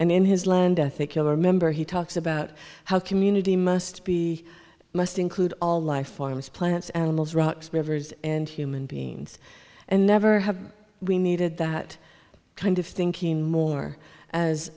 and in his land i think you'll remember he talks about how community must be must include all life forms plants animals rocks rivers and human beings and never have we needed that kind of thinking more as